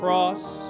cross